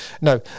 no